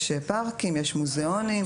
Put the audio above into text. יש פארקים, יש מוזיאונים.